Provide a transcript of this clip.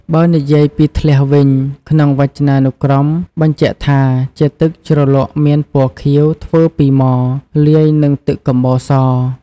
បើនិយាយពីធ្លះវិញ ក្នុងវចនានុក្រមបញ្ជាក់ថា ជាទឹកជ្រលក់មានពណ៌ខៀវ ធ្វើពីមរ លាយនឹងទឹកកំបោរ ស។